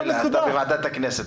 אתה בוועדת כנסת,